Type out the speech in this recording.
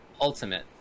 Ultimate